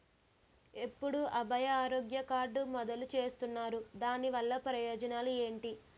ఎప్పుడు అభయ ఆరోగ్య కార్డ్ మొదలు చేస్తున్నారు? దాని వల్ల ప్రయోజనాలు ఎంటి?